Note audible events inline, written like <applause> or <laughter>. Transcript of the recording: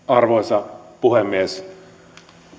<unintelligible> arvoisa puhemies